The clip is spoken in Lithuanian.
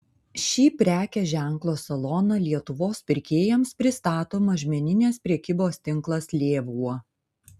šį prekės ženklo saloną lietuvos pirkėjams pristato mažmeninės prekybos tinklas lėvuo